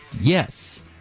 yes